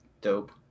dope